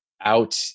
out